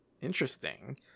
interesting